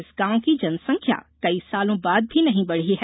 इस गांव की जनसंख्या कई सालों बाद भी नहीं बढ़ी है